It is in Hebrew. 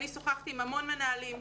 אני שוחחתי עם המון מנהלים,